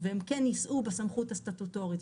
והם כן יישאו בסמכות הסטטוטורית.